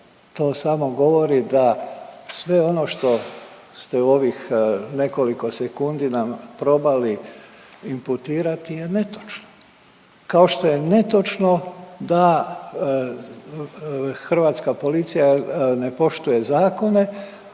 To samo govori da sve ono što ste u ovih nekoliko sekundi nam probali imputirati je netočno. Kao što je netočno da hrvatska policija ne poštuje zakone,